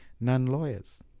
Non-lawyers